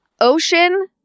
Ocean